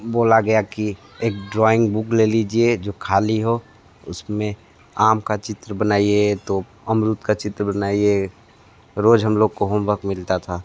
बोला गया कि एक ड्रॉइंग बुक ले लीजिए जो खाली हो उसमें आम का चित्र बनाइए तो अमरूद का चित्र बनाइए रोज़ हम लोग को होमवर्क मिलता था